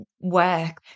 work